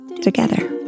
together